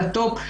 על הטופ,